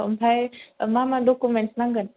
ओमफ्राय मा मा डकुमेन्ट्स नांगोन